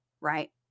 Right